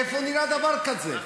איפה נראה דבר כזה?